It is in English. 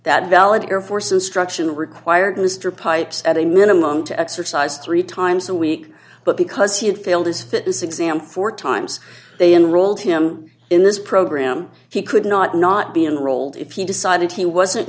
that valid air force instruction required mr pipes at a minimum to exercise three times a week but because he had failed his fitness exam four times they enrolled him in this program he could not not be enrolled if he decided he wasn't